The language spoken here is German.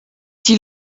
die